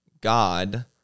God